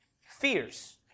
fears